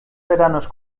veranos